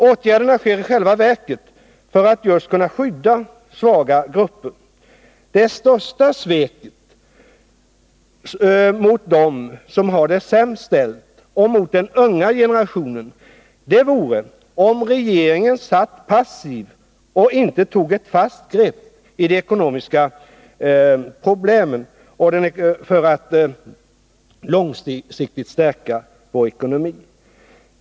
Åtgärderna vidtas i själva verket just för att man skall kunna skydda svaga grupper. Det största sveket mot dem som har det sämst ställt och mot den unga generationen vore om regeringen satt passiv och inte tog ett fast grepp i de ekonomiska problemen för att långsiktigt stärka vår ekonomi.